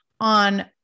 on